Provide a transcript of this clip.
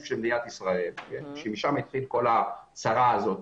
הגוף של מדינת ישראל שמשם התחילה כל הצרה הזאת,